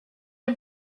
are